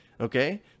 Okay